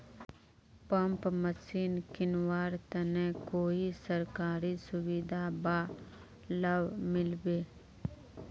Pump machine किनवार तने कोई सरकारी सुविधा बा लव मिल्बी?